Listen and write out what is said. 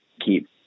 keep